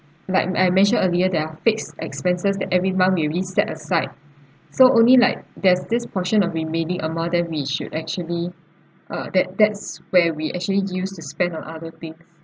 like I mention earlier there are fixed expenses that every month we already set aside so only like there's this portion of remaining amount then we should actually ah that that's where we actually use to spend on other thing